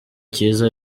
cyiza